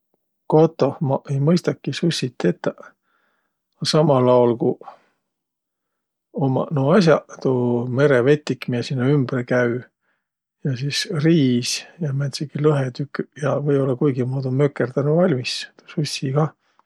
Kotoh ma ei mõistaki sushit tetäq. Samal aol, ku ummaq nuuq as'aq, tuu merevetik, miä sinnäq ümbre käü, ja sis riis ja määntsegiq lõhetüküq ja või-ollaq kuigimuudu mökerdänüq valmis tuu sushi kah.